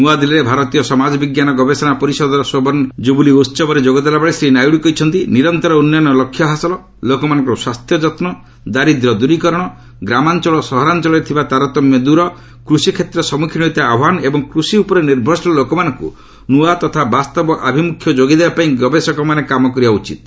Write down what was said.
ନୂଆଦିଲ୍ଲୀରେ ଭାରତୀୟ ସମାଜବିଜ୍ଞାନ ଗବେଷଣା ପରିଷଦର ସ୍ୱର୍ଷଜୁବଲି ଉହବରେ ଯୋଗ ଦେଲା ବେଳେ ଶ୍ରୀ ନାଇଡୁ କହିଛନ୍ତି ନିରନ୍ତର ଉନ୍ୟନ ଲକ୍ଷ୍ୟ ହାସଲ ଲୋକମାନଙ୍କର ସ୍ୱାସ୍ଥ୍ୟ ଯତ୍ର ଦାରିଦ୍ୟ ଦୂରିକରଣ ଗ୍ରାମାଞ୍ଚଳ ଓ ସହରାଞ୍ଚଳରେ ଥିବା ତାରତମ୍ୟ ଦୂର କୃଷି କ୍ଷେତ୍ର ସମ୍ମୁଖୀନ ହେଉଥିବା ଆହ୍ୱାନ ଏବଂ କୃଷି ଉପରେ ନିର୍ଭରଶୀଳ ଲୋକମାନଙ୍କୁ ନୂଆ ତଥା ବାସ୍ତବ ଆଭିମୁଖ୍ୟ ଯୋଗାଇ ଦେବା ପାଇଁ ଗବେଷକମାନେ କାମ କରିବା ଉଚିତ୍